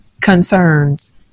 concerns